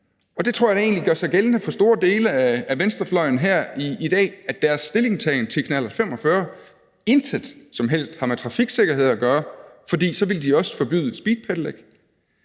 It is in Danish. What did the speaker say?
Og det tror jeg da egentlig gør sig gældende for store dele af venstrefløjen her i dag, altså at deres stillingtagen til knallert 45 intet som helst har med trafiksikkerhed at gøre, for så ville de også forbyde speedpedelec.